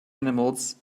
animals